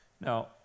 Now